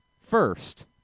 First